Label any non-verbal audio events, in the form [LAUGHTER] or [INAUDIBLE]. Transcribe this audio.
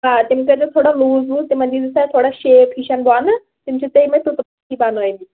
آ تِم کٔرۍزٮ۪کھ تھوڑا لوٗز وٗز تِمن دِیٖزِ تھوڑا شیپ ہِش بۄنہٕ تِم چھِ ژےٚ یِمے [UNINTELLIGIBLE] بَنٲومٕتۍ